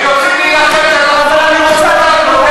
אם תחבר לי.